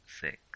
six